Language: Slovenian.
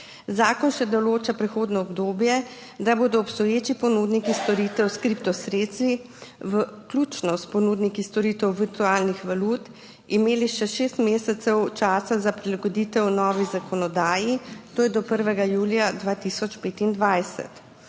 Zakon še določa prehodno obdobje, da bodo obstoječi ponudniki storitev s kriptosredstvi, vključno s ponudniki storitev virtualnih valut, imeli še šest mesecev časa za prilagoditev novi zakonodaji, to je do 1. julija 2025.